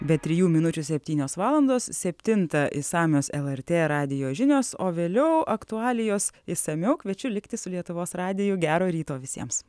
be trijų minučių septynios valandos septintą išsamios lrt radijo žinios o vėliau aktualijos išsamiau kviečiu likti su lietuvos radiju gero ryto visiems